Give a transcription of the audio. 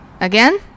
Again